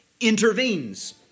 intervenes